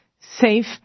safe